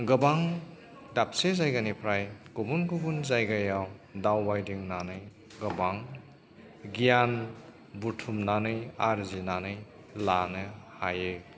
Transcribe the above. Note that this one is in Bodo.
गोबां दाबसे जायगानिफ्राय गुबुन गुबुन जायगायाव दावबायदिंनानै गोबां गियान बुथुमनानै आर्जिनानै लानो हायो